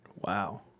Wow